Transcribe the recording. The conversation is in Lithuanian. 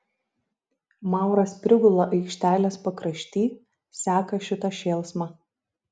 mauras prigula aikštelės pakrašty seka šitą šėlsmą